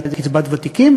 זה "קצבת ותיקים".